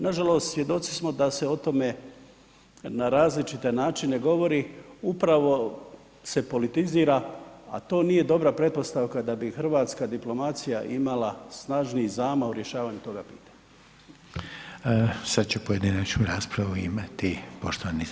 Nažalost, svjedoci smo da se o tome na različite načine govori upravo se politizira, a to nije dobra pretpostavka da bi hrvatska diplomacija imala snažniji zamah u rješavanju toga pitanja.